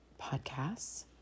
podcasts